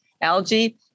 Algae